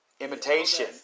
Imitation